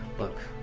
look,